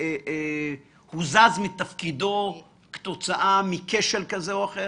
- שהוזז מתפקידו כתוצאה מכשל כזה או אחר?